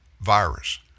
virus